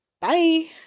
Bye